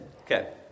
okay